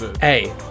Hey